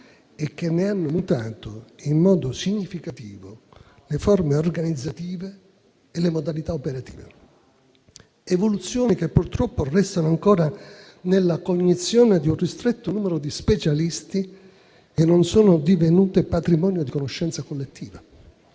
e che ne hanno mutato in modo significativo le forme organizzative e le modalità operative. Si tratta di evoluzioni che purtroppo restano ancora nella cognizione di un ristretto numero di specialisti e non sono divenute patrimonio di conoscenza collettiva.